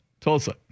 Tulsa